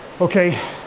okay